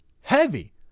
heavy